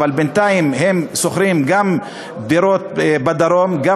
אבל בינתיים הם שוכרים דירות גם בדרום וגם